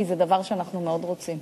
כי זה דבר שאנחנו מאוד רוצים.